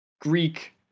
Greek